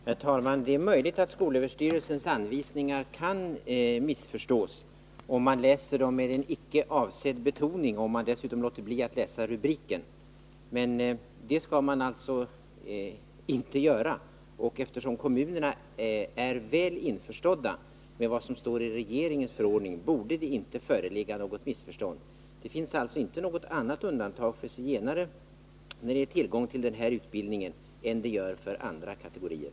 Herr talman! Det är möjligt att skolöverstyrelsens anvisningar kan missförstås om man läser dem med en icke avsedd betoning och om man dessutom låter bli att läsa rubriken. Men det skall man alltså inte göra. Eftersom kommunerna är väl införstådda med vad som står i regeringens förordning borde det inte föreligga något missförstånd. Det finns alltså inte något annat undantag för zigenare när det gäller tillgång till den här utbildningen än det gör för andra kategorier.